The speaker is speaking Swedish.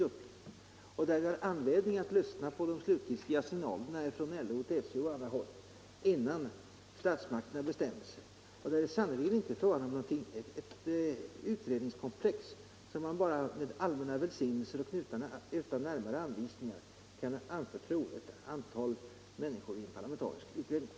Vi har anledning att lyssna till de slutgiltiga signalerna från LO, TCO och andra håll innan statsmakterna bestämmer sig. Det är sannerligen inte fråga om ett utredningskomplex som man med allmänna välsignelser och utan närmare anvisningar kan anförtro ett antal människor i en parlamentarisk utredning.